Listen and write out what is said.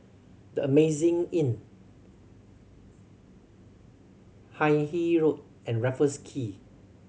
The Amazing Inn Hindhede Road and Raffles Quay